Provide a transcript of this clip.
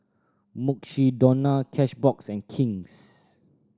Mukshidonna Cashbox and King's